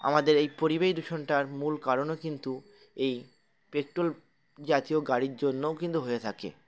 আমাদের এই পরিবেশ দূষণটার মূল কারণও কিন্তু এই পেট্রোল জাতীয় গাড়ির জন্যও কিন্তু হয়ে থাকে